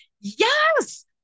yes